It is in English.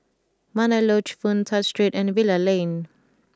Mandai Lodge Boon Tat Street and Bilal Lane